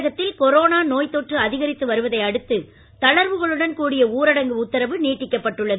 தமிழகத்தில் கொரோனா நோய்த் தொற்று அதிகரித்து வருவதையடுத்து தளர்வுகளுடன் ஊரடங்கு உத்தரவு நீட்டிக்கப்பட்டுள்ளது